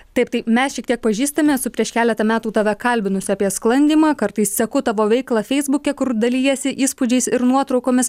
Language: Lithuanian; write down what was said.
taip tai mes šiek tiek pažįstami esu prieš keletą metų tave kalbinusi apie sklandymą kartais seku tavo veiklą feisbuke kur dalijiesi įspūdžiais ir nuotraukomis